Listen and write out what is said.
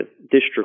district